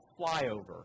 flyover